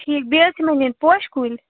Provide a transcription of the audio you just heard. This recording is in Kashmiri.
ٹھیٖک بیٚیہِ حظ چھِ مےٚ نِنۍ پوشہِ کُلۍ